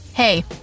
Hey